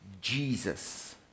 Jesus